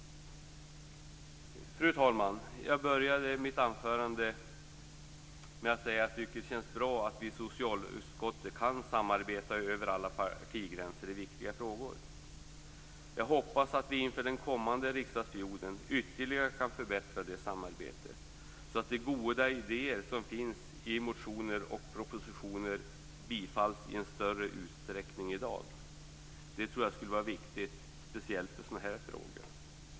Fru talman! Jag började mitt anförande med att säga att jag tycker det känns bra att vi i socialutskottet kan samarbeta över alla partigränser i viktiga frågor. Jag hoppas att vi inför den kommande riksdagsperioden ytterligare kan förbättra det samarbetet så att de goda idéer som finns i motioner och propositioner bifalls i en större utsträckning än i dag. Det tror jag skulle vara viktigt, speciellt i sådana här frågor.